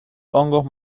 hongos